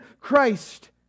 Christ